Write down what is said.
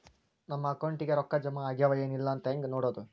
ನಮ್ಮ ಅಕೌಂಟಿಗೆ ರೊಕ್ಕ ಜಮಾ ಆಗ್ಯಾವ ಏನ್ ಇಲ್ಲ ಅಂತ ಹೆಂಗ್ ನೋಡೋದು?